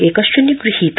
एकश्च निगृहीत